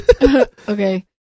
okay